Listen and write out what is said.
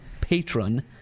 patron